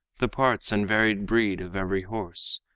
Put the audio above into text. the parts and varied breed of every horse,